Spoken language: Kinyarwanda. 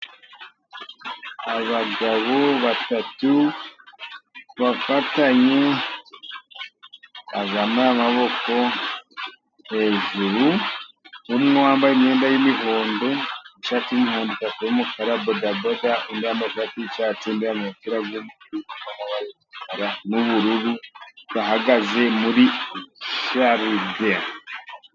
Abagabo batatu bafatanye, bazamuye amaboko hejururu, umwe wambaye imyenda y'imihodo, ishati y'umuhondo, ipantaro y'umukara, bodaboda, undi yambaye ishati y'icyatsi, undi yambaye amapira w'ubururu, bahagaze muri Jaride.